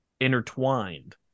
intertwined